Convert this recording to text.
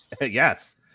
Yes